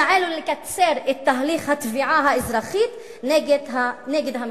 ולייעל ולקצר את תהליך התביעה האזרחית נגד המנהלים.